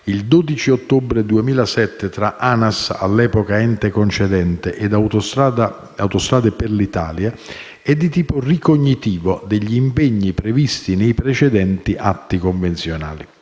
il 12 ottobre 2007 tra ANAS (all'epoca ente concedente) e Autostrade per l'Italia è di tipo ricognitivo degli impegni previsti nei precedenti atti convenzionali.